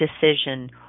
decision